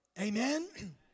Amen